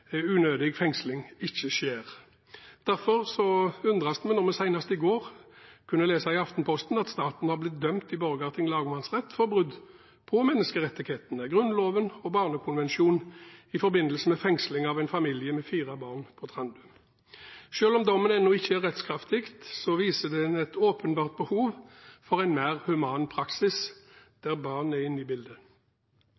unødig fengsling ikke skjer. Derfor undres vi når vi senest i forgårs kunne lese i Aftenposten at staten var blitt dømt i Borgarting lagmannsrett for brudd på menneskerettighetene, Grunnloven og barnekonvensjonen i forbindelse med fengsling av en familie med fire barn på Trandum. Selv om dommen ennå ikke er rettskraftig, viser den et åpenbart behov for en mer human praksis